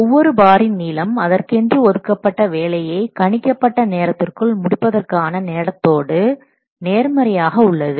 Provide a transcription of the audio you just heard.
ஒவ்வொரு பாரின் நீளம் அதற்கென்று ஒதுக்கப்பட்ட வேலையை கணிக்கப்பட்ட நேரத்திற்குள் முடிப்பதற்கான நேரத்தோடு நேர்மறையாக உள்ளது